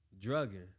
Drugging